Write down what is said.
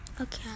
okay